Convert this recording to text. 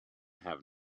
have